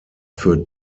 für